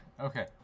okay